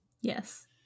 Yes